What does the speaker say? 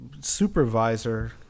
supervisor